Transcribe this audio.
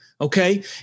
okay